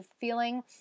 feeling